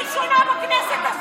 את הצבועה הראשונה בכנסת הזאת.